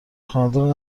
خانواده